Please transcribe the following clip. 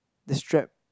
the strap